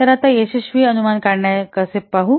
तर आता यशस्वी अनुमान काढण्याचे कसे ते पाहू